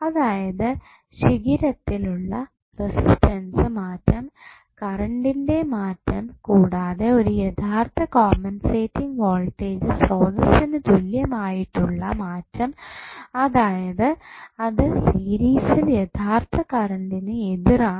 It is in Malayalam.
അതായത് ശിഖിരത്തിൽ ഉള്ള റസിസ്റ്റൻസ് മാറ്റം കറണ്ടിന്റെ മാറ്റം കൂടാതെ ഒരു യഥാർത്ഥ കോംപെൻസേറ്റിങ് വോൾടേജ് സ്രോതസ്സിനു തുല്യം ആയിട്ടുള്ള മാറ്റം അതായത് അത് സീരിസിൽ യഥാർത്ഥ കറണ്ടിന് എതിർ ആണ്